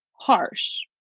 harsh